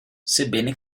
sebbene